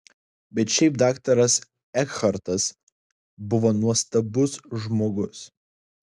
bet šiaip daktaras ekhartas buvo nuostabus žmogus